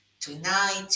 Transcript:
tonight